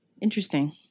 Interesting